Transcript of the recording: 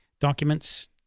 documents